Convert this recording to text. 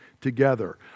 together